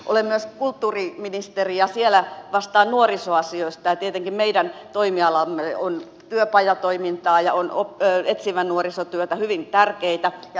olen myös kulttuuriministeri ja siellä vastaan nuorisoasioista ja tietenkin meidän toimialaamme kuuluu työpajatoimintaa ja etsivää nuorisotyötä hyvin tärkeitä asioita